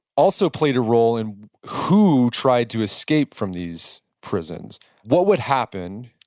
also played a role in who tried to escape from these prisons what would happen,